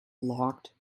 locked